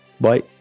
Bye